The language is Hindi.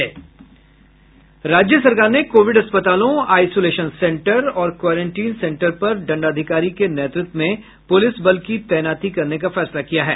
राज्य सरकार ने कोविड अस्पतालों आईसोलेशन सेंटर और क्वारेंटीन सेंटर पर दंडाधिकारी के नेतृत्व में पुलिस बल की तैनाती करने का फैसला किया है